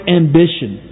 ambition